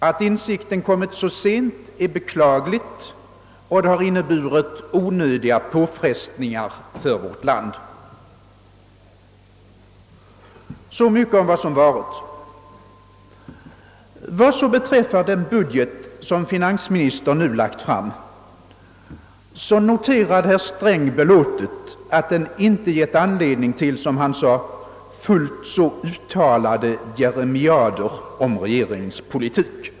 Att insikten kommit så sent är beklagligt, och det har inneburit onödiga påfrestningar för vårt land. Så mycket om vad som varit. Vad så beträffar den budget som finansministern nu lagt fram noterar herr Sträng belåtet att den inte givit anledning till, som han sade, »fullt så uttalade jeremiader om regeringens ekonomiska politik».